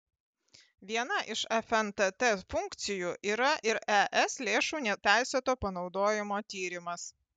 viena iš fntt funkcijų yra ir es lėšų neteisėto panaudojimo tyrimas